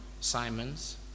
Simons